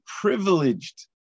privileged